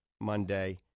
Monday